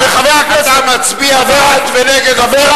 חבר הכנסת, אתה מצביע בעד ונגד, בלי